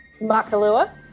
Makalua